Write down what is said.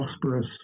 prosperous